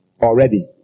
Already